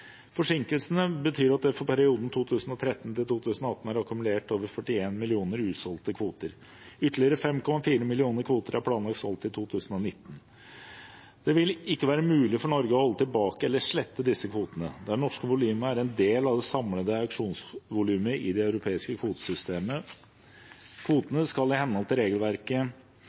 Forsinkelsene betyr at det for perioden 2013–2018 er akkumulert over 41 millioner usolgte kvoter. Ytterligere 5,4 millioner kvoter er planlagt solgt i 2019. Det vil ikke være mulig for Norge å holde tilbake eller slette disse kvotene. Det norske volumet er en del av det samlede auksjonsvolumet i det europeiske kvotesystemet. Kvotene skal i henhold til regelverket